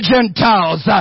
Gentiles